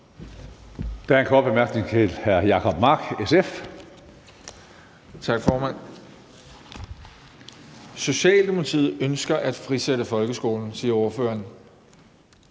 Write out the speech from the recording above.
til hr. Jacob Mark, SF. Kl. 16:41 Jacob Mark (SF): Tak, formand. Socialdemokratiet ønsker at frisætte folkeskolen, siger ordføreren.